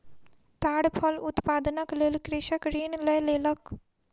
ताड़ फल उत्पादनक लेल कृषक ऋण लय लेलक